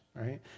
right